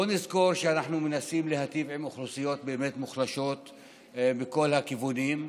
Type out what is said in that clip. בואו נזכור שאנחנו מנסים להיטיב עם אוכלוסיות מוחלשות מכל הכיוונים,